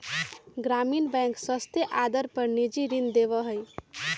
ग्रामीण बैंक सस्ते आदर पर निजी ऋण देवा हई